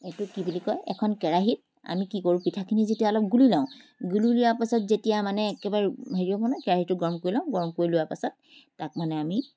এইটো কি বুলি কয় এখন কেৰাহীত আমি কি কৰোঁ পিঠাখিনি যেতিয়া অলপ গুলি লওঁ গুলি লোৱা পাছত যেতিয়া মানে একেবাৰে হেৰি হ'ব নহয় কেৰাহীটো গৰম কৰি লওঁ গৰম কৰি লোৱাৰ পাছত তাক মানে আমি